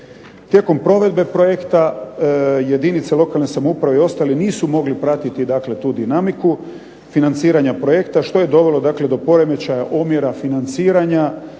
Tijekom provedbe projekta jedinice lokalne samouprave i ostali nisu mogli pratiti dakle tu dinamiku financiranja projekta što je dovelo dakle do poremećaja omjera financiranja